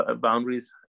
boundaries